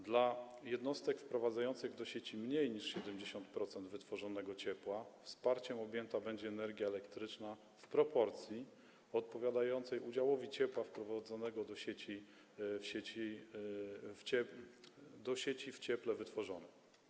Dla jednostek wprowadzających do sieci mniej niż 70% wytworzonego ciepła wsparciem objęta będzie energia elektryczna w proporcji odpowiadającej udziałowi ciepła wprowadzonego do sieci w cieple wytworzonym.